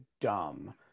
dumb